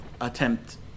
attempt